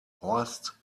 horst